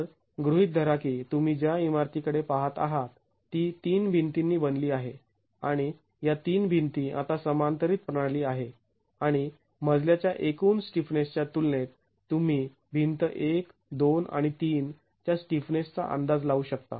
तर गृहीत धरा की तुम्ही ज्या इमारती कडे पाहत आहात ती ३ भिंतींनी बनली आहे आणि या ३ भिंती आता समांतरीत प्रणाली आहे आणि मजल्याच्या एकूण स्टिफनेस च्या तुलनेत तुम्ही भिंत १ २ आणि ३ च्या स्टिफनेसचा अंदाज लावू शकता